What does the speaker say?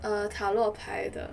err 塔罗牌的